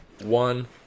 one